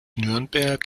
nürnberg